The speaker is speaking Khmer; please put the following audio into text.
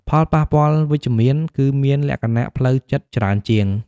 ផលប៉ះពាល់វិជ្ជមាន គឺមានលក្ខណៈផ្លូវចិត្តច្រើនជាង។